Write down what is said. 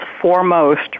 foremost